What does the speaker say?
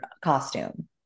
costume